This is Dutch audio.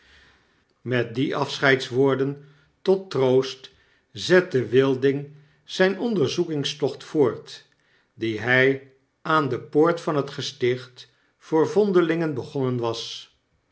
met die afscheidswoorden tot troost zette wilding zyn onderzoekingstocht voort dien h jj aan de poort van het gesticht voor vondelingen begonnen was